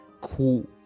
cool